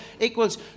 equals